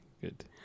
Good